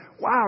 wow